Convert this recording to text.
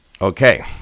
Okay